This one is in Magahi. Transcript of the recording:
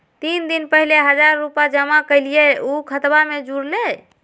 तीन दिन पहले हजार रूपा जमा कैलिये, ऊ खतबा में जुरले?